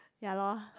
ya lor